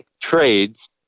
trades